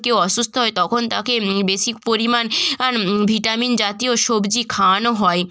কেউ অসুস্থ হয় তখন তাকে বেশি ক্ পরিমাণ আন ভিটামিন জাতীয় সবজি খাওয়ানো হয়